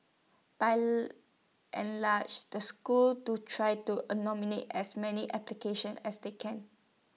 by and large the schools do try to A nominate as many application as they can